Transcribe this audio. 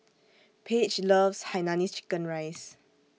Page loves Hainanese Chicken Rice